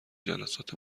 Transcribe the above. جلسات